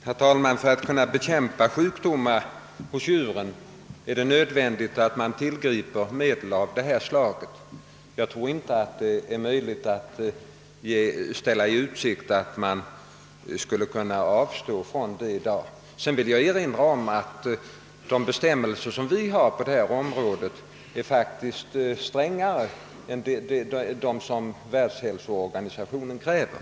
Herr talman! För att kunna bekämpa sjukdomar hos djuren är det nödvändigt att tillgripa medel av detta slag. Man kan säkerligen inte ställa i utsikt att vederbörande skulle avstå från att göra detta i dag. Jag vill i sammanhanget erinra om att de bestämmelser vi har på detta område faktiskt är strängare än dem som världshälsoorganisationen uppställer.